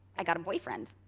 i got a boyfriend.